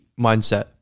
mindset